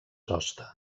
hoste